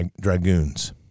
Dragoons